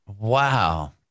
wow